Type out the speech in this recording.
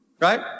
right